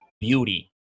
beauty